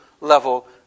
level